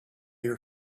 your